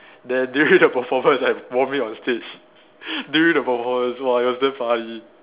then during the performance I vomit on stage during the performance !wah! it was damn funny